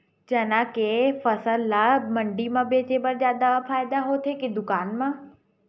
चना के फसल ल मंडी म बेचे म जादा फ़ायदा हवय के दुकान म?